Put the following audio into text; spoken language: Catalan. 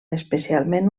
especialment